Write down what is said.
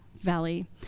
valley